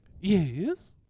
Yes